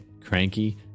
Cranky